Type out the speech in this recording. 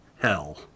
hell